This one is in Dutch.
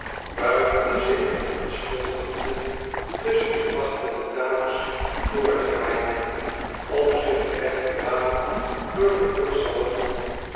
buigende zich verontschuldigende tusschen de wachtende dames doordraaiende om zich een weg te banen door den vollen salon